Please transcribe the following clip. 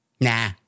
Nah